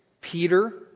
Peter